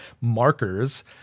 markers